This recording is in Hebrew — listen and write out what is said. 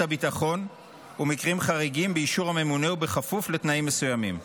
הביטחון ומקרים חריגים באישור הממונה ובכפוף לתנאים מסוימים.